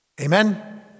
Amen